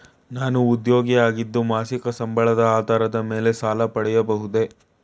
ನಾನು ಉದ್ಯೋಗಿ ಆಗಿದ್ದು ಮಾಸಿಕ ಸಂಬಳದ ಆಧಾರದ ಮೇಲೆ ಸಾಲ ಪಡೆಯಬಹುದೇ?